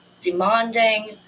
demanding